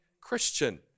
christian